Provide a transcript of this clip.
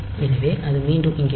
எனவே அது மீண்டும் இங்கு வரும்